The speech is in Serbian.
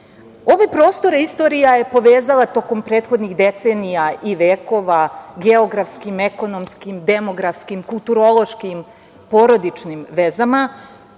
prostore istorija je povezala tokom prethodnih decenija i vekova, geografskim, ekonomskim, demografskim, kulturološkim, porodičnim vezama,